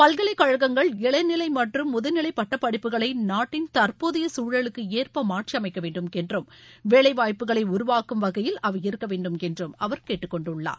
பல்கலைக்கழகங்கள் இளநிலை மற்றும் முதுநிலை பட்டப் படிப்புகளை நாட்டின் தற்போதைய சூழலுக்கு ஏற்ப மாற்றி அமைக்க வேண்டும் என்றும் வேலை வாய்ப்புகளை உருவாக்கும் வகையில் அவை இருக்க வேண்டும் என்றும் அவர் கேட்டுக்கொண்டுள்ளார்